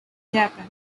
japan